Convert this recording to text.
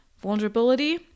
vulnerability